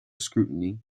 scrutiny